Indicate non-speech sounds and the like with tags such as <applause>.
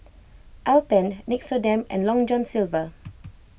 Alpen Nixoderm and Long John Silver <noise>